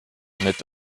mit